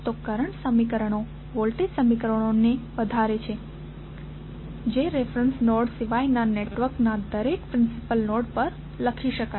તો કરંટ સમીકરણો વોલ્ટેજ સમીકરણોને વધારે છે જે રેફેરેંસ નોડ સિવાયના નેટવર્કના દરેક પ્રિન્સિપલ નોડ પર લખી શકાય છે